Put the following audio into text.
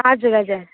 हजुर हजुर